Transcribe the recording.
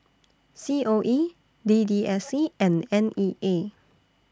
C O E D D S C and N E A